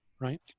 right